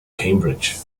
cambridge